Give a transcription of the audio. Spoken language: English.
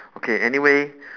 okay anyway